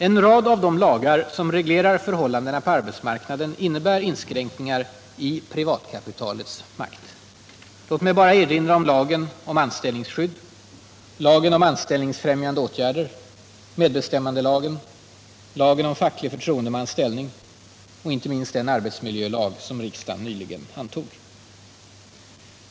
En rad av de lagar som reglerar förhållandena på arbetsmarknaden innebär inskränkningar i ”privatkapitalets makt”. Låt mig bara erinra om lagen om anställningsskydd, lagen om anställningsfrämjande åtgärder, medbestämmandelagen, lagen om facklig förtroendemans ställning och inte minst den arbetsmiljölag som riksdagen nyligen antog.